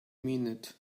minute